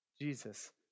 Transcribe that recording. Jesus